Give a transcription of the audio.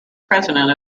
president